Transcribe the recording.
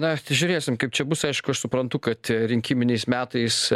na žiūrėsim kaip čia bus aišku aš suprantu kad rinkiminiais metais